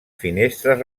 finestres